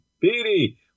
Petey